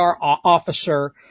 officer